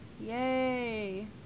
Yay